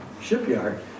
shipyard